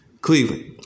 Cleveland